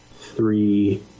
three